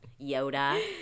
Yoda